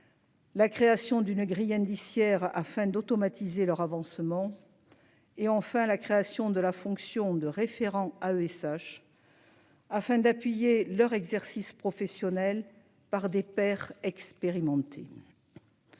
La création d'une grille indiciaire afin d'automatiser leur avancement. Et enfin la création de la fonction de référent à ESH. Afin d'appuyer leur exercice professionnel par des pairs expérimentés.--